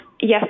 Yes